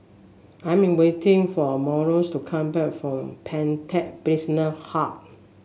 I'm waiting for Marlo's to come back from Pantech Business Hub